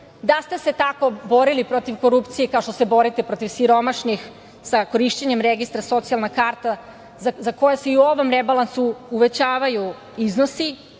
da ste se tako borili protiv korupcije kao što se borite protiv siromašnih sa korišćenjem registra socijalna karta, za koje se i u ovom rebalansu uvećavaju iznosi,